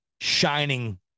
shining